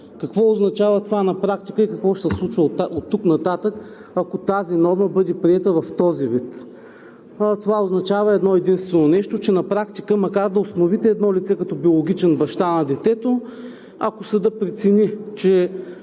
Какво означава това на практика и какво ще се случва оттук нататък, ако тази норма бъде приета в този вид? Това означава едно единствено нещо. На практика, макар да установите едно лице като биологичен баща на детето, ако съдът прецени, че